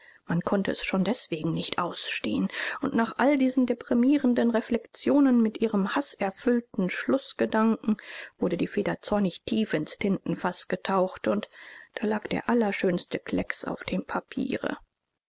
man konnte es schon deswegen nicht ausstehen und nach all diesen deprimierenden reflexionen mit ihrem haßerfüllten schlußgedanken wurde die feder zornig tief ins tintenfaß getaucht und da lag der allerschönste klecks auf dem papiere